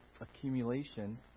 accumulation